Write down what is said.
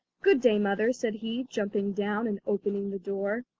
good day, mother said he, jumping down and opening the door.